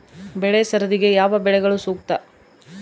ಬೆಳೆ ಸರದಿಗೆ ಯಾವ ಬೆಳೆಗಳು ಸೂಕ್ತ?